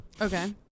Okay